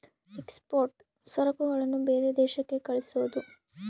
export ಸರಕುಗಳನ್ನ ಬೇರೆ ದೇಶಕ್ಕೆ ಕಳ್ಸೋದು